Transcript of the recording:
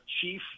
chief